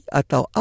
atau